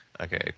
Okay